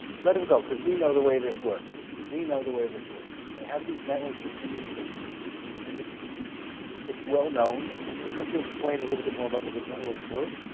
let him go cause we know the way this works. we know the way this works. they have these networks of communication and it's it's well known and it would you explain a little bit more about what those networks were,